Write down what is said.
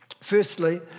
Firstly